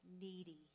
needy